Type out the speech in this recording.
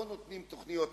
לא מאשרים תוכניות מיתאר.